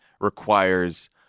requires